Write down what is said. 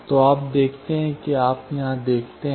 तो आप देखते हैं कि आप यहाँ देखते हैं